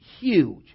huge